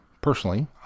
Personally